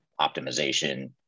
optimization